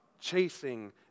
chasing